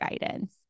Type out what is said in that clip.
guidance